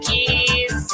Keys